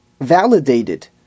validated